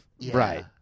Right